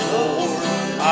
Lord